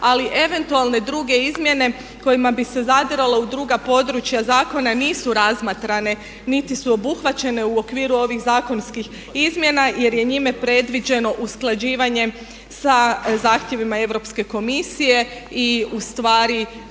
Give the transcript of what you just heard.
ali eventualne druge izmjene kojima bi se zadiralo u druga područja zakona nisu razmatrane niti su obuhvaćene u okviru ovih zakonskih izmjena jer je njime predviđeno usklađivanje sa zahtjevima Europske komisije i ustvari